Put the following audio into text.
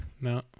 no